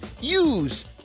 use